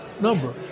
number